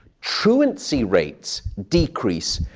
truancy rates decrease,